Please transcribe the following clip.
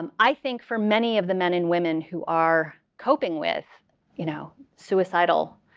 um i think for many of the men and women who are coping with you know suicidal